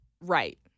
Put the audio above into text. right